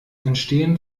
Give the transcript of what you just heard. entstehen